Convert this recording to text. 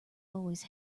always